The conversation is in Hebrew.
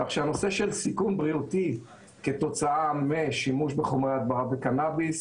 כך שהנושא של סיכון בריאותי כתוצאה משימוש בחומרי הדברה וקנאביס